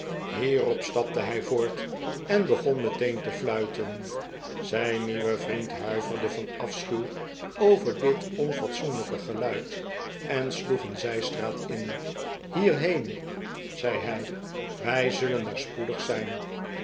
hierop stapte hij voort en begon meteen te fluiten zijn nieuwe vriend huiverde van afschuw over dit onfatsoenlijke geluid en sloeg een zijstraat in hierheen zei hij wij zullen er spoedig zijn